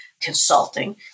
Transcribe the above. consulting